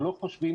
שלא חושבים